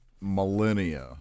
millennia